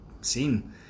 seen